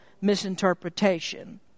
misinterpretation